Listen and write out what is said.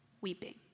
weeping